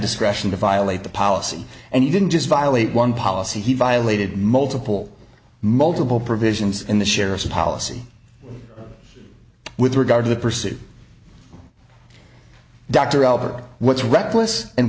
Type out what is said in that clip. discretion to violate the policy and he didn't just violate one policy he violated multiple multiple provisions in the sheriff's a policy with regard to the pursuit dr albert what's reckless and